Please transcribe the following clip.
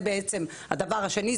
הדבר השני,